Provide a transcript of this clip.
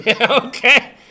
Okay